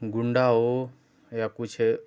गुंडा हो या कुछ